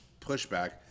pushback